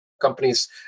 companies